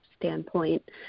standpoint